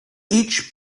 each